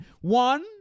one